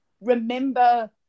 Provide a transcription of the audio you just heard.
remember